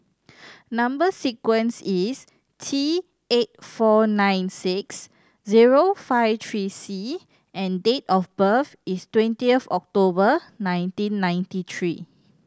number sequence is T eight four nine six zero five three C and date of birth is twenty of October nineteen ninety three